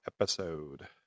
episode